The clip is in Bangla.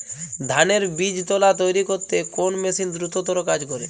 ধানের বীজতলা তৈরি করতে কোন মেশিন দ্রুততর কাজ করে?